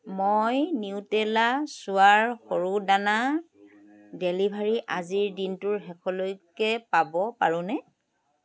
মই নিউট্ৰেলা চোয়াৰ সৰু দানা ডেলিভাৰী আজিৰ দিনটোৰ শেষলৈকে পাব পাৰোঁনে